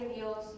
Dios